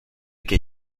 que